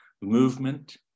movement